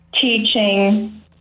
teaching